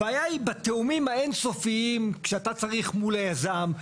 הבעיה היא בתיאומים האין סופיים שאתה צריך מול היזם,